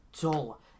dull